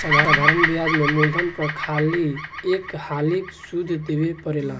साधारण ब्याज में मूलधन पर खाली एक हाली सुध देवे परेला